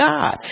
God